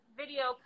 video